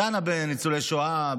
דנה בניצולי שואה,